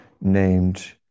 named